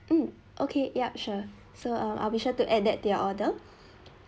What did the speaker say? um okay yup sure so err I'll be sure to add that in the order